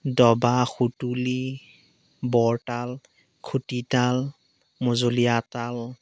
ডবা সুতুলি বৰতাল খুটিতাল মজলীয়া তাল